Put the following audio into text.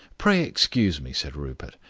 pray excuse me, said rupert,